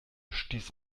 stieß